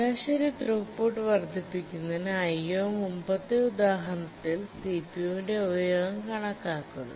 ശരാശരി ത്രൂപുട്ട് വർദ്ധിപ്പിക്കുന്നതിന് IO മുമ്പത്തെ ഉദാഹരണത്തിൽ സിപിയുവിന്റെ ഉപയോഗം കണക്കാക്കുന്നു